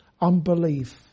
unbelief